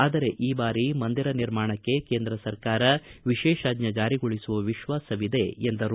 ಆದರೆ ಈ ಬಾರಿ ಮಂದಿರ ನಿರ್ಮಾಣಕ್ಕೆ ಕೇಂದ್ರ ಸರ್ಕಾರ ವಿಶೇಷಾಜ್ಞೆ ಜಾರಿಗೊಳಿಸುವ ವಿಶ್ವಾಸವಿದೆ ಎಂದರು